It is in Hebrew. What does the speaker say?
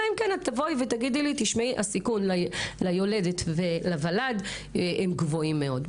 אלא אם תבואי ותגידי לי שהסיכון ליולדת ולוולד גבוהים מאוד,